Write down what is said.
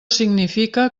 significa